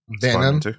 Venom